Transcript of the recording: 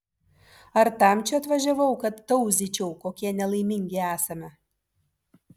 ar tam čia atvažiavau kad tauzyčiau kokie nelaimingi esame